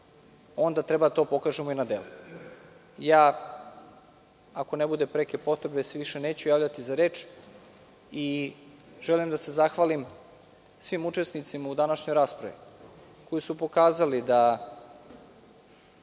onda treba to da pokažemo i na delu. Ako ne bude preke potrebe, više se neću javljati za reč. Želim da se zahvalim svi učesnicima u današnjoj raspravi, koji su pokazali da